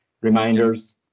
reminders